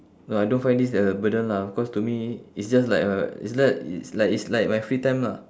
I don't find this a burden lah because to me it's just like uh it's like it's like it's like my free time lah